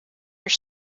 your